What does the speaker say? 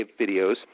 videos